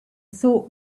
thought